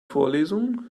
vorlesung